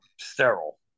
sterile